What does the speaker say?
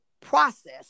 process